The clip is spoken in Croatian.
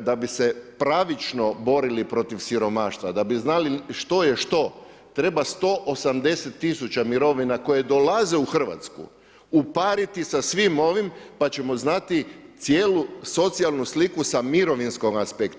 da bi se pravično borili protiv siromaštva, da bi znali što je što treba 180 tisuća mirovina koje dolaze u Hrvatsku upariti sa svim ovim pa ćemo znati cijelu socijalnu sliku sa mirovinskog aspekta.